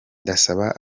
ndasaba